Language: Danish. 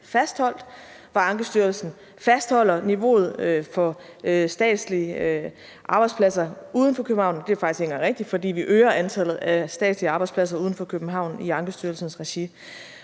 fastholdt, og hvor Ankestyrelsen fastholder niveauet for statslige arbejdspladser uden for København – det er faktisk ikke engang rigtigt, for vi øger antallet af statslige arbejdspladser uden for København i Ankestyrelsens regi